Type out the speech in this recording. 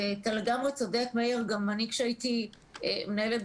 ות שיבנו תכנית שמתאימה להם לפי